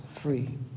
free